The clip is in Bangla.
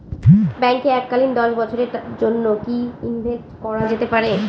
ব্যাঙ্কে এককালীন দশ বছরের জন্য কি ইনভেস্ট করা যেতে পারে?